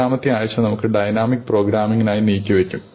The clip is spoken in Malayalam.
ഏഴാമത്തെ ആഴ്ച നമ്മൾ ഡൈനാമിക് പ്രോഗ്രാമിംഗിനായി നീക്കിവയ്ക്കും